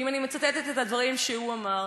ואם אני מצטטת את הדברים שהוא אמר,